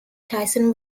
tyson